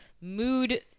mood